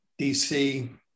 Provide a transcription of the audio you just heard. DC